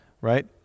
Right